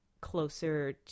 closer